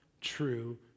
true